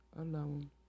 alone